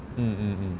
mm mm mm